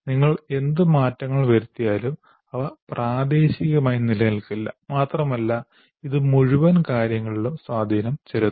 നിങ്ങൾ എന്ത് മാറ്റങ്ങൾ വരുത്തിയാലും അവ പ്രാദേശികമായി നിലനിൽക്കില്ല മാത്രമല്ല ഇത് മുഴുവൻ കാര്യങ്ങളിലും സ്വാധീനം ചെലുത്തും